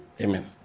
Amen